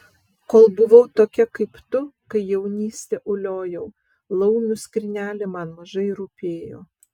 kol buvau tokia kaip tu kai jaunystę uliojau laumių skrynelė man mažai rūpėjo